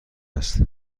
است